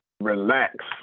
relax